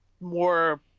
more